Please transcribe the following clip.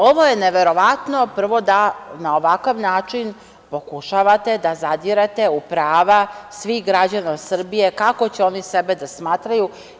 Ovo je neverovatno, prvo da na ovakav način pokušavate da zadirete u prava svih građana Srbije kako će oni sebe da smatraju.